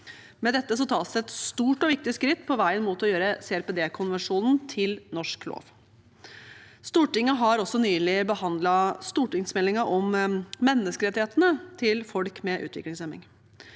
Med dette tas et stort og viktig skritt på veien mot å gjøre CRPD-konvensjonen til norsk lov. Stortinget har også nylig behandlet stortingsmeldingen om menneskerettighetene til folk med utviklingshemming.